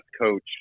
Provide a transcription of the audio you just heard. Coach